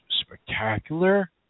spectacular